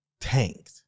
tanked